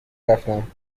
رفتم